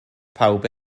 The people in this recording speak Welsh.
pawb